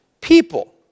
people